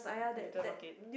Uter market